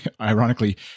ironically